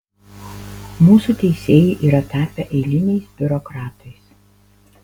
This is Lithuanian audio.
mūsų teisėjai yra tapę eiliniais biurokratais